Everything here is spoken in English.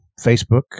Facebook